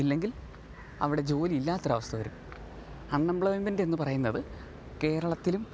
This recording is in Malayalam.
ഇല്ലെങ്കിൽ അവിടെ ജോലി ഇല്ലാത്തൊരവസ്ഥ വരും അൺഎംപ്ലോയ്മെൻറ്റ് എന്നു പറയുന്നത് കേരളത്തിലും